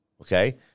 Okay